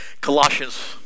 Colossians